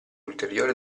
ulteriore